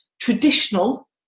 traditional